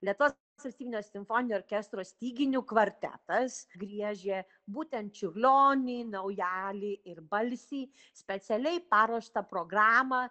lietuvos valstybinio simfoninio orkestro styginių kvartetas griežė būtent čiurlionį naujalį ir balsį specialiai paruoštą programą